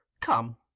Come